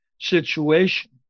situation